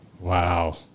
Wow